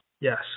Yes